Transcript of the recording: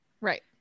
Right